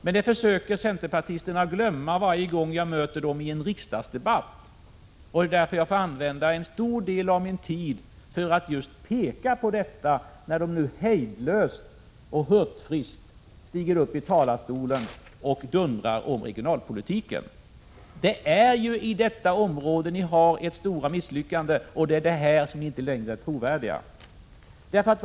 Men detta försöker centerpartisterna glömma varje gång jag möter dem i en riksdagsdebatt. Jag får använda en stor del av min tid till att peka på detta när centerpartisterna hejdlöst och hurtfriskt stiger upp i talarstolen och dundrar om regionalpolitiken. Just i detta område har ni ert stora misslyckande, och där är ni inte hänsyn inom alla ”politikområden” hänsyn inom alla ”politikområden” längre trovärdiga.